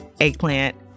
eggplant